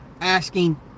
asking